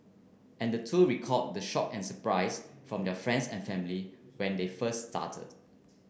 and the two recalled the shock and surprise from their friends and family when they first started